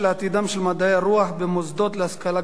של מדעי הרוח במוסדות להשכלה גבוהה,